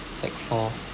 sec four